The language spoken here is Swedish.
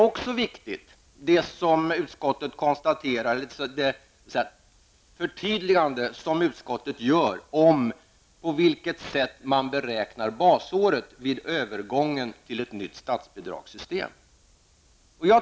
Vidare är det förtydligande viktigt som utskottet gör om det sätt på vilket basåret beräknas vid övergången till ett nytt statsbidragssystem.